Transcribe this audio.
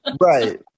Right